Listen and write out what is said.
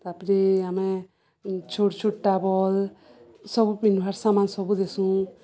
ତାପରେ ଆମେ ଛୋଟ ଛୋଟ ଟାବଲ ସବୁ ପିନ୍ଧବାର୍ ସାମାନ ସବୁ ଦେଶୁଁ